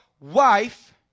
wife